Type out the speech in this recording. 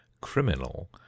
criminal